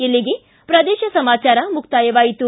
ಇಲ್ಲಿಗೆ ಪ್ರದೇಶ ಸಮಾಚಾರ ಮುಕ್ತಾಯವಾಯಿತು